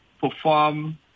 perform